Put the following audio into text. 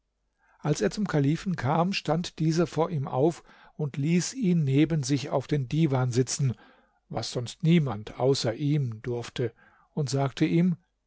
als er zum kalifen kam stand dieser vor ihm auf und ließ ihn neben sich auf den divan sitzen was sonst niemand außer ihm durfte und sagte ihm